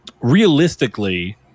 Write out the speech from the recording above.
realistically –